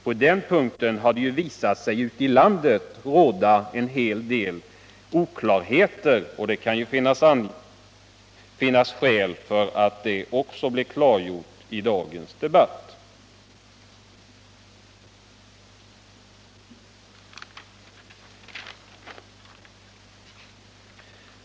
På den punkten har det ute i landet visat sig råda en hel del oklarheter, och det kan finnas skäl för att också det blir klargjort i dagens debatt.